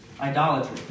idolatry